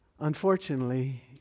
Unfortunately